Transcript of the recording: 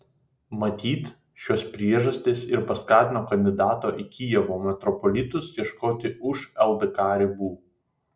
matyt šios priežastys ir paskatino kandidato į kijevo metropolitus ieškoti už ldk ribų